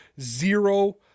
zero